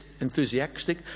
enthusiastic